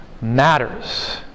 matters